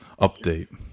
update